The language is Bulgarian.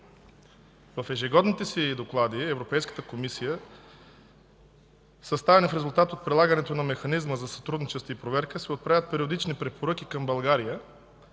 В ежегодните доклади на Европейската комисия, съставени в резултат от прилагането на Механизма за сътрудничество и проверка, се отправят периодични препоръки към България.